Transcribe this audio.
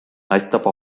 näitab